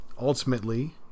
ultimately